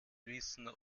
wissen